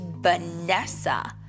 Vanessa